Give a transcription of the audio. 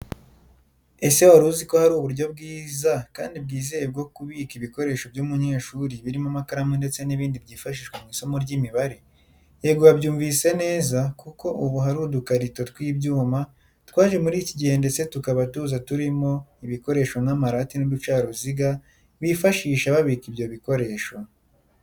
Ese wari uzi ko hari uburyo bwiza kandi bwizewe bwo kubika ibikoresho by'umunyeshuri birimo amakaramu ndetse n'ibindi byifashishwa mu isomo ry'imibare? Yego wabyumvise neza kuko ubu hari udukarito tw'ibyuma twaje muri iki gihe ndetse tukaba tuza turimo ibikoresho nk'amarati n'uducaruziga bifashisha babika ibyo bikoresho.